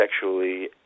sexually